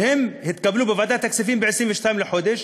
שהתקבלו בוועדת הכספים ב-22 בחודש,